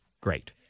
great